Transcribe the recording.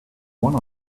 one